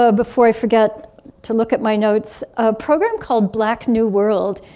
ah before i forget to look at my notes, a program called black new world.